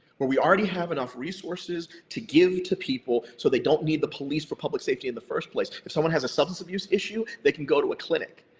where we already have enough resources to give to people, so they don't need the police for public safety in the first place. if someone has a substance abuse issue, they can go to a clinic.